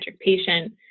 patient